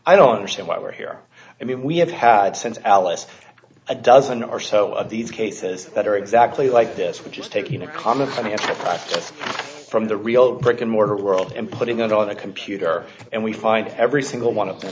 i don't understand why we're here i mean we have had since alice a dozen or so of these cases that are exactly like this which is taking a comment from the internet from the real brick and mortar world and putting it on the computer and we find every single one of the